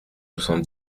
soixante